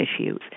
issues